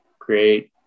great